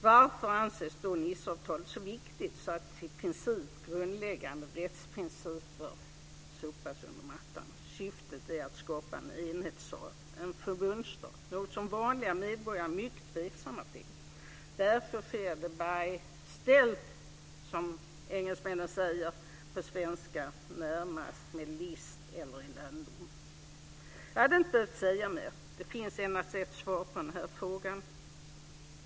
Varför anses då Niceavtalet så viktigt att i princip grundläggande rättsprinciper sopas under mattan? Syftet är att skapa en enhetsstat, en förbundsstat, något som vanliga medborgare är mycket tveksamma till. Därför sker det by stealth, som engelsmännen säger. På svenska är det närmaste uttrycket med list och i lönndom. Jag hade inte behövt säga mer. Det finns endast ett svar på frågan.